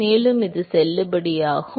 மேலும் இது செல்லுபடியாகும்